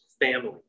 family